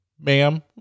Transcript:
ma'am